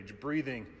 breathing